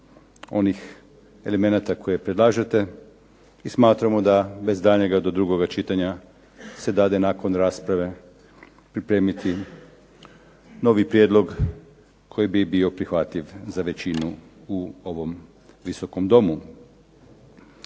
onih elemenata koje predlažete i smatramo da bez daljnjega do drugoga čitanja se dade nakon rasprave pripremiti novi prijedlog koji bi bio prihvatljiv za većinu u ovom Visokom domu.